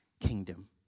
kingdom